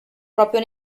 propria